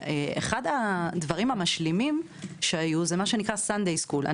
אחד הדברים המשלימים שהיו זה סאנדיי סקול.